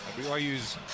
BYU's